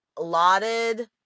lauded